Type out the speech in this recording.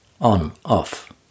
on-off